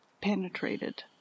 penetrated